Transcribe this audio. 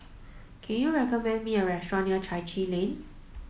can you recommend me a restaurant near Chai Chee Lane